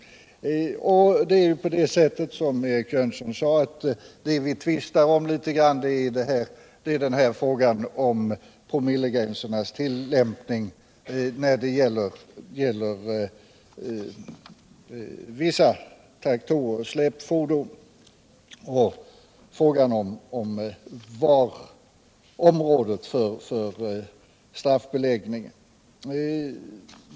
Det vi tvistar om är, som Eric Jönsson sade, frågan om promillegränsernas tillämpning när det gäller vissa traktorer och släpfordon samt frågan om området för straffbeläggningen.